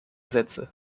sätze